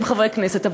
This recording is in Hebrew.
120 חברי כנסת.